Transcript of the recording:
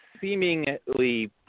seemingly